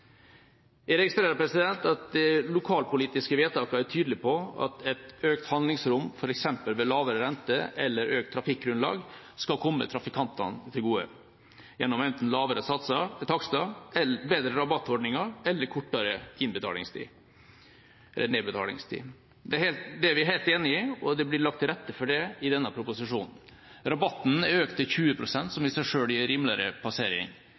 Jeg registrerer at de lokalpolitiske vedtakene er tydelige på at et økt handlingsrom, f.eks. ved lavere rente eller økt trafikkgrunnlag, skal komme trafikantene til gode gjennom enten lavere takster, bedre rabattordninger eller kortere nedbetalingstid. Det er vi helt enig i, og det blir lagt til rette for det i denne proposisjonen. Rabatten er økt til 20 pst., noe som i seg selv gir rimeligere passering.